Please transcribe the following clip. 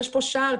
יש כאן שער,